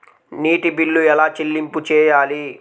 నీటి బిల్లు ఎలా చెల్లింపు చేయాలి?